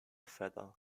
feather